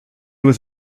was